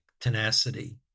tenacity